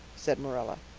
said marilla.